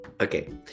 Okay